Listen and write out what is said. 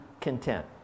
content